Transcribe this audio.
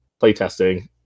playtesting